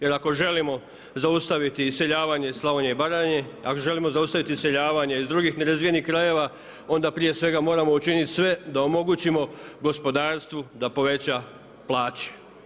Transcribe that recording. Jer ako želimo zaustaviti iseljavanje Slavonije i Baranje, ako želimo zaustaviti iseljavati iz drugih nerazvijenih krajeva, onda prije svega moramo učiniti sve da omogućimo gospodarstvu da poveća plaće.